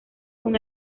con